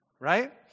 right